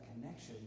connection